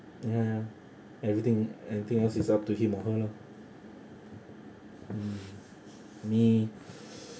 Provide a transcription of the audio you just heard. ya everything anything else is up to him or her lor mm me